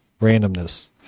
randomness